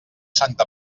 santa